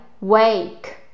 wake